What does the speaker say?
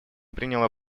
приняла